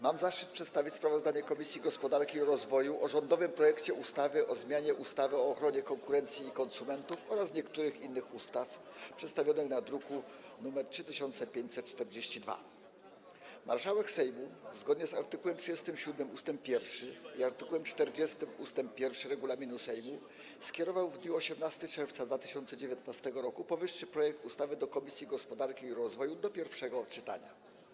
Mam zaszczyt przedstawić sprawozdanie Komisji Gospodarki i Rozwoju o rządowym projekcie ustawy o zmianie ustawy o ochronie konkurencji i konsumentów oraz niektórych innych ustaw, druk nr 3542. Marszałek Sejmu, zgodnie z art. 37 ust. 1 i art. 40 ust. 1 regulaminu Sejmu, skierował w dniu 18 czerwca 2019 r. powyższy projekt ustawy do Komisji Gospodarki i Rozwoju do pierwszego czytania.